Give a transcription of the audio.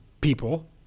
people